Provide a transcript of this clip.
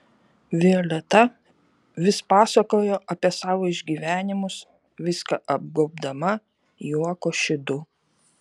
violeta vis pasakojo apie savo išgyvenimus viską apgobdama juoko šydu